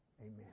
Amen